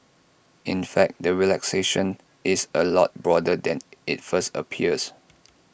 in fact the relaxation is A lot broader than IT first appears